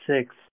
six